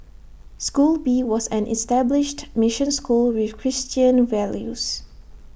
school B was an established mission school with Christian values